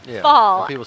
fall